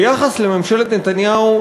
ביחס לממשלת נתניהו,